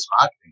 marketing